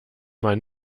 man